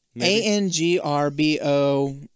A-N-G-R-B-O